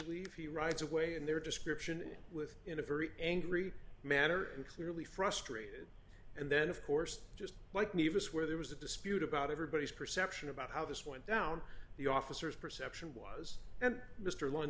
leave he rides away and their description is with in a very angry manner and clearly frustrated and then of course just like any of us where there was a dispute about everybody's perception about how this went down the officers perception was and mr lun